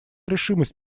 решимость